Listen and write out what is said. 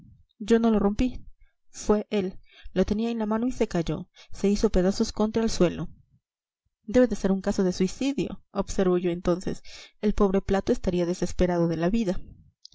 yo no lo rompí fue él lo tenía en la mano y se cayó se hizo pedazos contra el suelo debe de ser un caso de suicidio observo yo entonces el pobre plato estaría desesperado de la vida